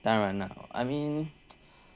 当然 lah I mean